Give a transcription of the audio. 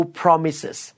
promises